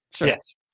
Yes